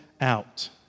out